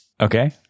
okay